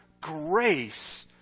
grace